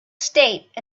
state